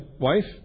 wife